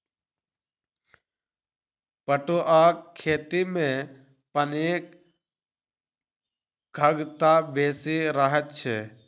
पटुआक खेती मे पानिक खगता बेसी रहैत छै